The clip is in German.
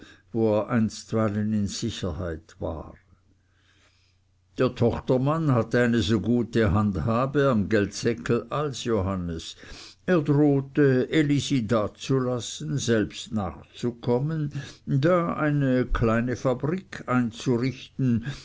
in sicherheit war der tochtermann hatte eine so gute handhabe am geldseckel als johannes er drohte elisi dazulassen selbst nachzukommen da eine kleine fabrik einzurichten